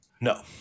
No